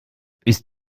ist